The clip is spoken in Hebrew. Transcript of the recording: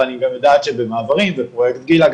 אבל אני גם יודעת שמ"מעברים" ו"פרוייקט גילה"